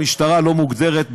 המשטרה לא מוגדרת,